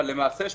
אולי הפשרה תהיה,